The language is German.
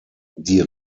die